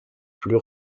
plus